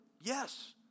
Yes